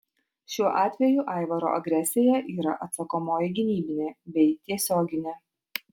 šiuo atveju aivaro agresija yra atsakomoji gynybinė bei tiesioginė